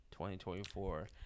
2024